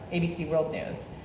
abc world news.